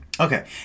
Okay